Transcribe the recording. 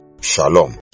Shalom